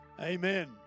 amen